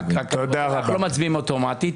תתפלא, אנחנו לא מצביעים אוטומטית.